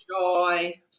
joy